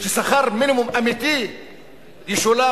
ששכר מינימום אמיתי ישולם,